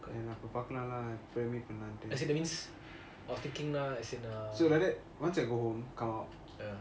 then அப்புறம் பாக்கலாம்ல அப்புறம்:apram paakalamla apram meet பண்ணலாம்னுட்டு:panalamtu so like that once I go home come out